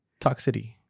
toxicity